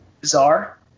Bizarre